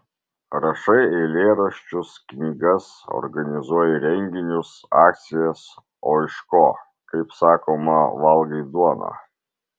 rašai eilėraščius knygas organizuoji renginius akcijas o iš ko kaip sakoma valgai duoną